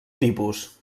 tipus